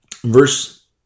verse